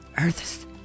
Earth